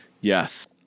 Yes